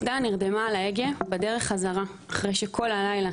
דנה נרדמה על ההגה בדרך חזרה אחרי שכל הלילה